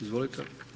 Izvolite.